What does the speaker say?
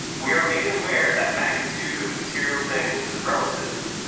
we are made aware that magnitude of material things is relative,